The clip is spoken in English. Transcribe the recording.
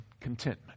contentment